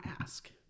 ask